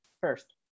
first